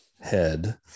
head